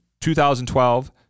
2012